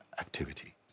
activity